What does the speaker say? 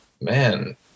man